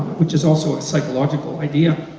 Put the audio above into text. which is also a psychological idea,